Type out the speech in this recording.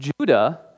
Judah